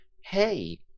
hey